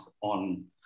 on